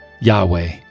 Yahweh